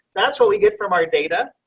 that's what we get from our data.